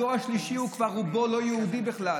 הדור השלישי הוא כבר רובו לא יהודי בכלל,